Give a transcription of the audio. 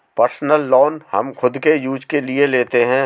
personal loan हम खुद के यूज के लिए लेते है